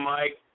Mike